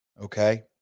Okay